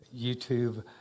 YouTube